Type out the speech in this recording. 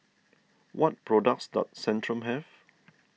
what products does Centrum have